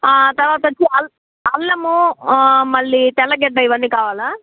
తరువాతోచ్చి అల్ల అల్లము మళ్ళీ తెల్లగడ్డ ఇవన్నీ కావాలా